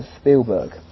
Spielberg